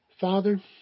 Father